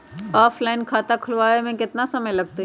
Offline खाता खुलबाबे में केतना समय लगतई?